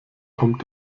kommt